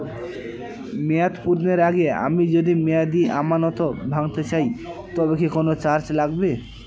মেয়াদ পূর্ণের আগে যদি আমি মেয়াদি আমানত ভাঙাতে চাই তবে কি কোন চার্জ লাগবে?